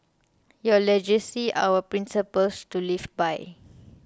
your legacy our principles to live by